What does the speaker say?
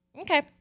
okay